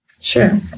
Sure